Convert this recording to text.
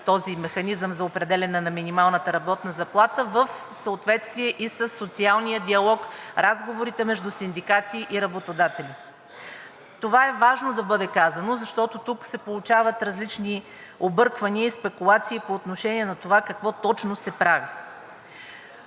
този механизъм за определяне на минималната работна заплата, в съответствие и със социалния диалог, разговорите между синдикати и работодатели. Това е важно да бъде казано, защото тук се получават различни обърквания и спекулации по отношение на това какво точно се прави.